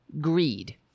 greed